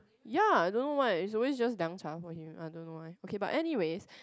ya I don't know why it's always just 凉茶:Liang-Cha for him I don't know why okay but anyways